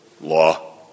law